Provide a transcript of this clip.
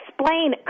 explain